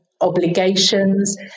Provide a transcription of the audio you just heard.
obligations